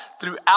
throughout